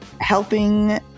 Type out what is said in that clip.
helping